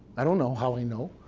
i don't know how i know.